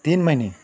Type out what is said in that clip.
तीन महिने